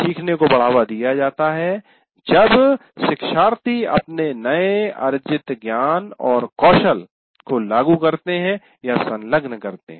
सीखने को बढ़ावा दिया जाता है जब शिक्षार्थी अपने नए अर्जित ज्ञान और कौशल को लागू करते हैं या संलग्न करते हैं